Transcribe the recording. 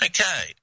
Okay